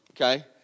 okay